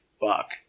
fuck